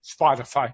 Spotify